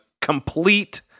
complete